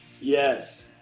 Yes